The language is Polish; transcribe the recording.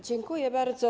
Dziękuję bardzo.